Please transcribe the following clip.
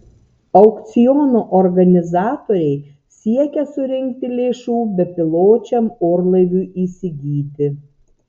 aukciono organizatoriai siekia surinkti lėšų bepiločiam orlaiviui įsigyti